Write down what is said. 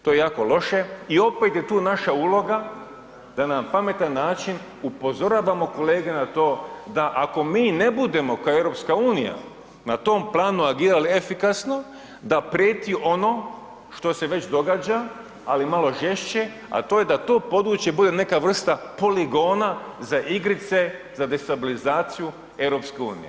To je jako loše i opet je tu naša uloga da na pametan način upozoravamo kolege na to da ako mi ne budemo kao EU na tom planu reagirala efikasno da prijeti ono što se već događa, ali malo žešće, a to je da to područje bude neka vrsta poligona za igrice za destabilizaciju EU.